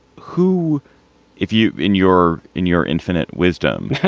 who if you in your in your infinite wisdom,